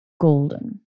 golden